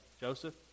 Joseph